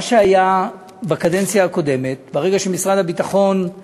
מה שהיה בקדנציה הקודמת הוא שברגע